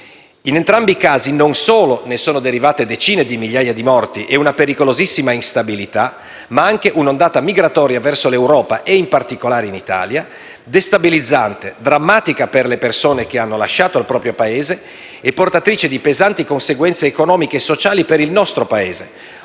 In entrambi i casi, ne sono derivate non solo decine di migliaia di morti e una pericolosissima instabilità, ma anche un'ondata migratoria verso l'Europa e, in particolare, l'Italia, destabilizzante, drammatica per le persone che hanno lasciato il proprio Paese e portatrice di pesanti conseguenze economiche e sociali per il nostro Paese,